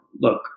Look